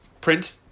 print